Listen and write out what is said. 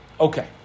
Okay